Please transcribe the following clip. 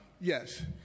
Yes